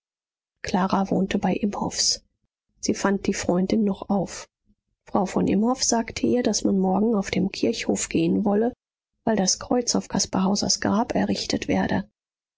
clara wohnte bei imhoffs sie fand die freundin noch auf frau von imhoff sagte ihr daß man morgen auf den kirchhof gehen wolle weil das kreuz auf caspar hausers grab errichtet werde